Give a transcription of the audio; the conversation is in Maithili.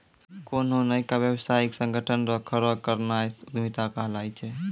कोन्हो नयका व्यवसायिक संगठन रो खड़ो करनाय उद्यमिता कहलाय छै